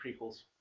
prequels